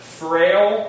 frail